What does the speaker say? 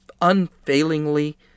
unfailingly